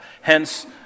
Hence